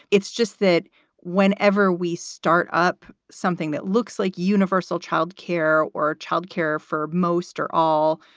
it's just that whenever we start up something that looks like universal child care or child care for most or all,